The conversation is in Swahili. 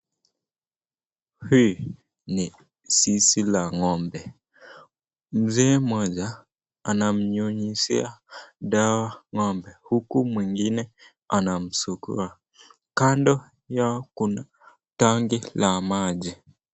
Hii ni zizi la ng'ombe, mzee mmoja anamnyunyizia dawa ng'ombe, huku mwingine anamsugua, kando yao kuna tanki ya maji.